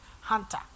hunter